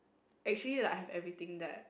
actually like I have everything that